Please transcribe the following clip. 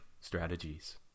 strategies